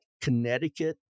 Connecticut